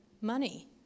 money